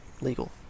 legal